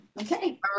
Okay